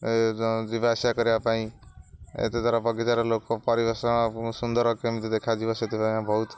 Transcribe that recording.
ଏ ଯିବା ଆସିବା କରିବା ପାଇଁ ଏତଦ୍ୱାରା ବଗିଚାରେ ଲୋକ ପରିବେଶ ସୁନ୍ଦର କେମିତି ଦେଖାଯିବ ସେଥିପାଇଁ ବହୁତ